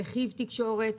רכיב תקשורת,